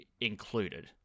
included